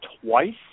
twice